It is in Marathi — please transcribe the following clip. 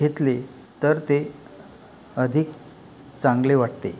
घेतले तर ते अधिक चांगले वाटते